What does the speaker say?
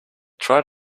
try